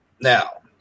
Now